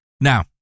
Now